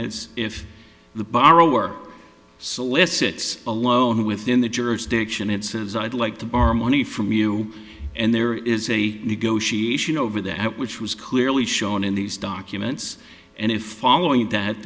is if the borrower solicit a loan within the jurisdiction it says i'd like to borrow money from you and there is a negotiation over that which was clearly shown in these documents and in following that